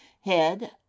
head